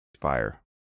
Fire